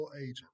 agent